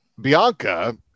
Bianca